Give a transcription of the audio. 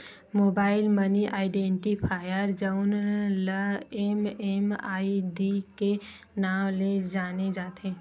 mobile money identifier जउन ल MMID के नांव ले जाने जाथे